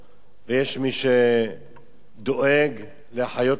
ויש מי שדואג להחיות אותה,